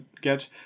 get